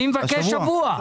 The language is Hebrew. אני מבקש שבוע.